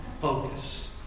focus